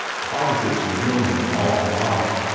quite as if she had known him all her life.